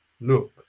look